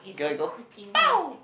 the guy will go pow